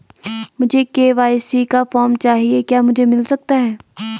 मुझे के.वाई.सी का फॉर्म चाहिए क्या मुझे मिल सकता है?